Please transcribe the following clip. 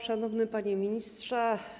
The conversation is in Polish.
Szanowny Panie Ministrze!